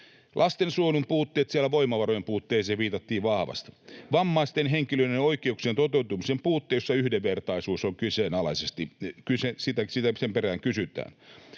Lastensuojelun puutteet — siellä voimavarojen puutteeseen viitattiin vahvasti. Vammaisten henkilöiden oikeuksien toteutumisen puutteet, missä yhdenvertaisuuden perään kysytään.